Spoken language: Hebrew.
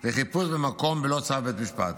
לחיפוש במקום בלא צו בית משפט,